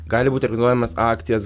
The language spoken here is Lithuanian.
gali būt organizuojamos akcijos